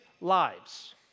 lives